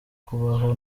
kubaho